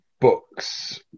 books